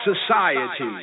Society